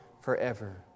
forever